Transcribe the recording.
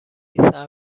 صبر